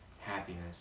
happiness